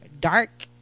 dark